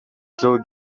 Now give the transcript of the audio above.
still